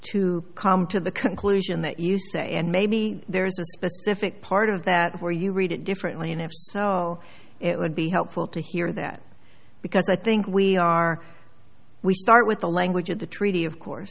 to come to the conclusion that you say and maybe there's a specific part of that where you read it differently and if so it would be helpful to hear that because i think we are we start with the language of the treaty of course